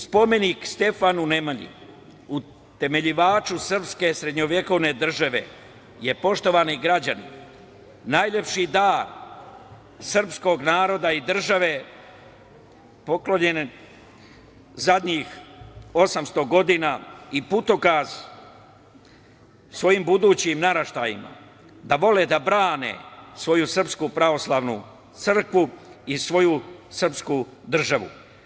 Spomenik Stefanu Nemanji utemeljivaču srpske srednjovekovne države je, poštovani građani, najlepši dar srpskog naroda i države poklonjene zadnjih 800 godina i putokaz svojim budućim naraštajima da vole da brane svoju Srpsku Pravoslavnu Crkvu i svoju srpsku državu.